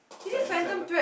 is that Adam-Sandler